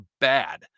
bad